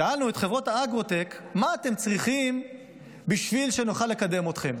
שאלנו את חברות האגרוטק: מה אתם צריכים כדי שנוכל לקדם אתכם?